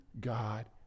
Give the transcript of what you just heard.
God